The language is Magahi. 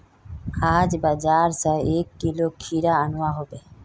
आज बाजार स एक किलो खीरा अनवा हबे